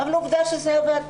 אבל עובדה שזה עבד,